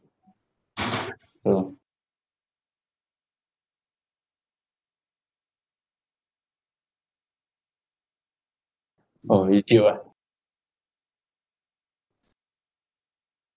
hold on orh you ah